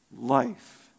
Life